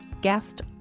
guest